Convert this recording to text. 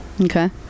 okay